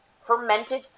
fermented